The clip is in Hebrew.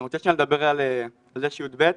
אני רוצה שנדבר על זה ש-י"ב,